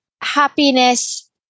happiness